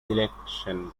selection